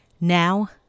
Now